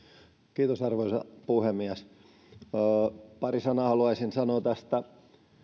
kiitos arvoisa puhemies pari sanaa haluaisin sanoa tästä